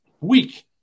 week